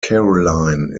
caroline